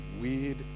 weird